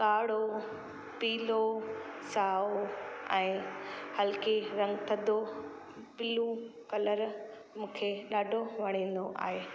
गाढ़ो पीलो साओ ऐं हल्के रंग थधो बिलू कलर मूंखे ॾाढो वणींदो आहे